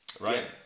Right